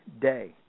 day